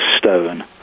stone